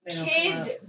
kid